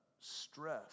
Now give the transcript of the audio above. stress